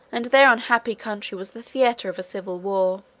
and their unhappy country was the theatre of a civil war,